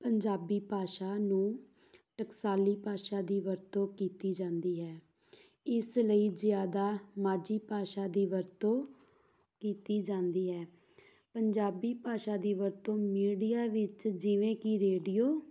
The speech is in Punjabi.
ਪੰਜਾਬੀ ਭਾਸ਼ਾ ਨੂੰ ਟਕਸਾਲੀ ਭਾਸ਼ਾ ਦੀ ਵਰਤੋਂ ਕੀਤੀ ਜਾਂਦੀ ਹੈ ਇਸ ਲਈ ਜ਼ਿਆਦਾ ਮਾਝੀ ਭਾਸ਼ਾ ਦੀ ਵਰਤੋਂ ਕੀਤੀ ਜਾਂਦੀ ਹੈ ਪੰਜਾਬੀ ਭਾਸ਼ਾ ਦੀ ਵਰਤੋਂ ਮੀਡੀਆ ਵਿੱਚ ਜਿਵੇਂ ਕਿ ਰੇਡੀਓ